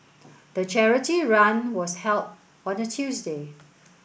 the charity run was held on a Tuesday